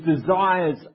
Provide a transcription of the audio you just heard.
desires